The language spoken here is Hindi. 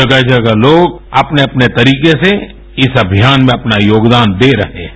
जगह जगह लोग अपने अपने तरीके से इस अभियान में अपना योगदान दे रहे हैं